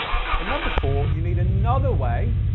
and number four, you need another way